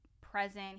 present